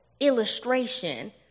illustration